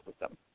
system